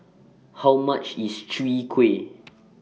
How much IS Chwee Kueh